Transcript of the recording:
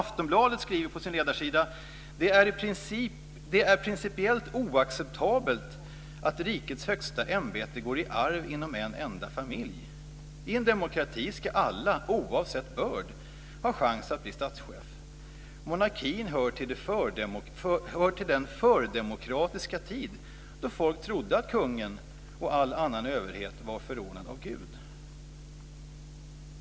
Aftonbladet skriver på sin ledarsida: Det är principiellt oacceptabelt att rikets högsta ämbete går i arv inom en enda familj. I en demokrati ska alla, oavsett börd, ha en chans att bli statschef. Monarkin hör till den fördemokratiska tid då folk trodde att kungen och all annan överhet var förordnad av Gud.